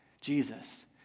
Jesus